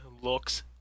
looks